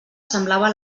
semblava